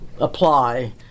apply